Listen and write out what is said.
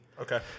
Okay